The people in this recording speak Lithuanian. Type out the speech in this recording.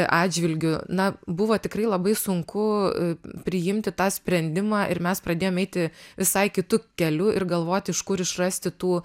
atžvilgiu na buvo tikrai labai sunku priimti tą sprendimą ir mes pradėjom eiti visai kitu keliu ir galvoti iš kur išrasti tų